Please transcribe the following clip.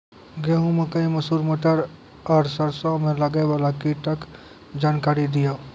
गेहूँ, मकई, मसूर, मटर आर सरसों मे लागै वाला कीटक जानकरी दियो?